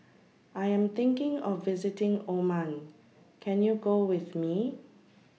I Am thinking of visiting Oman Can YOU Go with Me